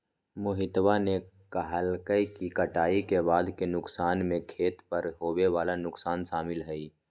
मोहितवा ने कहल कई कि कटाई के बाद के नुकसान में खेत पर होवे वाला नुकसान शामिल हई